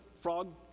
frog